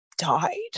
died